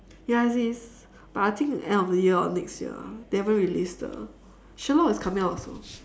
ya it is but I think end of the year or next year they haven't release the sherlock is coming out also